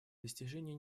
достижение